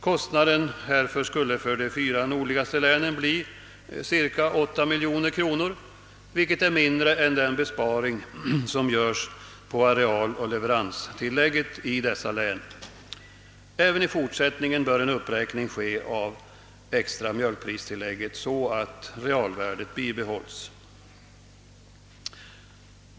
Kostnaden härför skulle för de fyra nordligaste länen bli cirka 8 miljoner kronor, vilket är mindre än den besparing som görs på arealoch leveranstilläggen i dessa län. Även i fortsättningen bör en uppräkning ske av det extra mjölkpristillägget, så att realvärdet bibehålles.